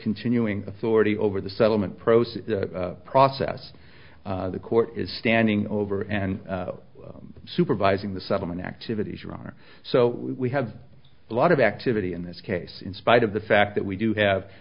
continuing authority over the settlement process process the court is standing over and supervising the settlement activities your honor so we have a lot of activity in this case in spite of the fact that we do have